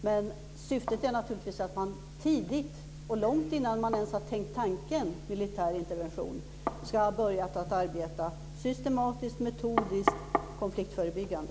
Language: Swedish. Men syftet är självfallet att man tidigt och långt innan man ens har tänkt tanken "militär intervention" ska ha börjat arbeta systematiskt och metodiskt konfliktförebyggande.